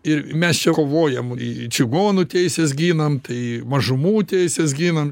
ir mes čia kovojam į čigonų teises ginam tai mažumų teises ginam